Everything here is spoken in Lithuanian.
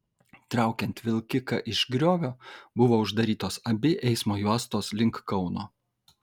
traukiant vilkiką iš griovio buvo uždarytos abi eismo juostos link kauno